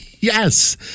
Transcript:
Yes